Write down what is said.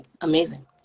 amazing